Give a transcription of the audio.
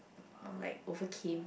like overcame